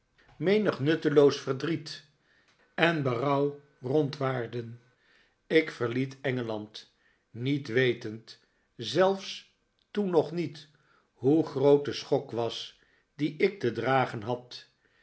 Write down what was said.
menig nutteloos verdriet en berouw rondwaarden ik verliet engeland niet wetend zelfs toen nog niet hoe groot de schok was dien ik te dragen had